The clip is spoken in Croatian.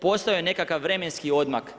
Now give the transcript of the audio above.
Postojao je nekakav vremenski odmak.